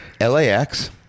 LAX